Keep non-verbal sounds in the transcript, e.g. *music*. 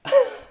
*laughs*